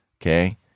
okay